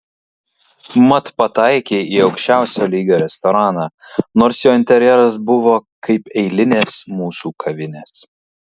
mat pataikei į aukščiausio lygio restoraną nors jo interjeras buvo kaip eilinės mūsų kavinės